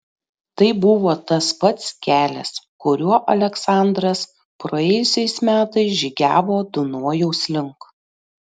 tai buvo tas pats kelias kuriuo aleksandras praėjusiais metais žygiavo dunojaus link